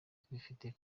zifite